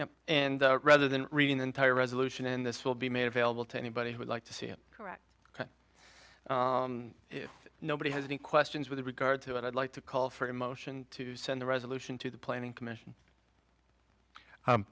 now and rather than reading the entire resolution and this will be made available to anybody who would like to see it correct if nobody has any questions with regard to what i'd like to call for a motion to send the resolution to the planning commission